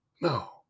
No